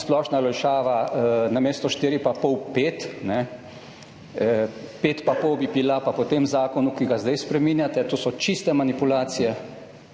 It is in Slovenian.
splošna olajšava namesto 4 pa pol 5, 5 pa pol bi bila pa po tem zakonu, ki ga zdaj spreminjate. To so čiste manipulacije.